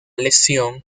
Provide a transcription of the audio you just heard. lesión